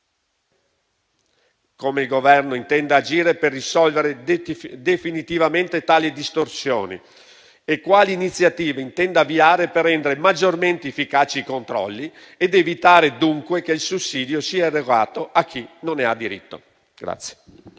come il Governo intenda agire per risolvere definitivamente tali distorsioni e quali iniziative intenda avviare per rendere maggiormente efficaci i controlli ed evitare, dunque, che il sussidio sia dato a chi non ne ha diritto.